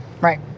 right